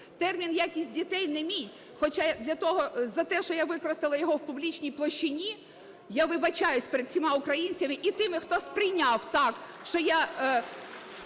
Термін "якість дітей" не мій. Хоча за те, що я використала його в публічній площині, я вибачаюсь перед всіма українцями і тими, хто сприйняв так, що я